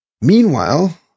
Meanwhile